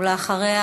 ולאחריה,